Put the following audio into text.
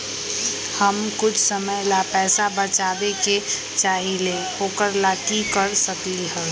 हम कुछ समय ला पैसा बचाबे के चाहईले ओकरा ला की कर सकली ह?